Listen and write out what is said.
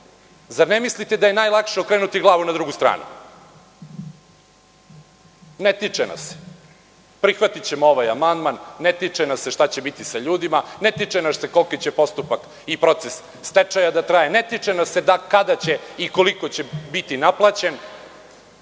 Zar ne mislite da je najlakše okrenuti glavu na drugu stranu? Ne tiče nas se. Prihvatićemo ovaj amandman, ne tiče nas se šta će biti sa ljudima, ne tiče nas se koliki će postupak i proces stečaja da traje, ne tiče nas se kada će i koliko će biti naplaćen.